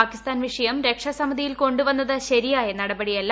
പാകിസ്ഥാൻ വിഷയം രക്ഷാസമിതിയിൽ കൊണ്ടു വന്നത് ശരിയായ നടപടിയല്ല